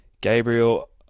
Gabriel